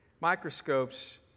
microscopes